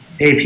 AP